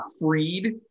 Freed